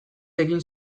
egin